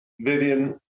Vivian